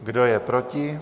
Kdo je proti?